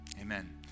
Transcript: amen